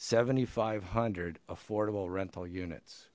seven five hundred affordable rental units